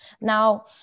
now